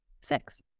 Six